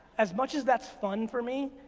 as much as that's fun for me,